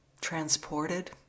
transported